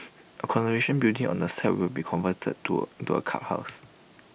A conservation building on the site will be converted to to A clubhouse